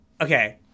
Okay